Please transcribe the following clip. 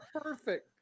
perfect